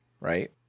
Right